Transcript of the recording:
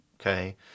okay